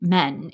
men